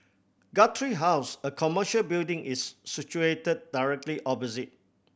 Guthrie House a commercial building is situated directly opposite